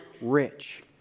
rich